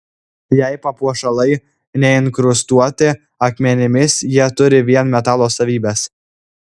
jei papuošalai neinkrustuoti akmenimis jie turi vien metalo savybes